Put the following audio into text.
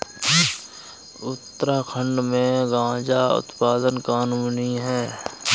उत्तराखंड में गांजा उत्पादन कानूनी है